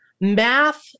math